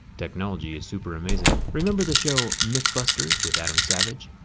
technology is super amazing. remember the show mythbusters with adam savage?